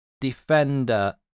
defender